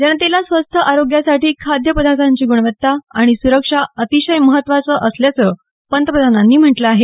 जनतेला स्वस्थ आरोग्यासाठी खाद्य पदार्थांची ग्णवत्ता आणि सुरक्षा अतिशय आवश्यक असल्याचं पंतप्रधानांनी म्हटलं आहे